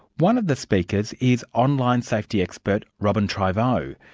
one of the speakers is online safety expert robyn treyvaud,